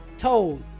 told